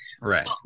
Right